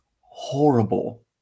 horrible